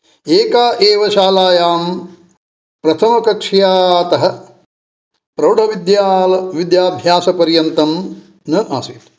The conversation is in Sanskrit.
एका एव शालायां प्रथमकक्ष्यातः प्रौढविद्याभ्यासपर्यन्तं न आसीत्